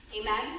Amen